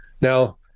Now